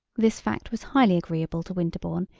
this fact was highly agreeable to winterbourne,